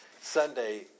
Sunday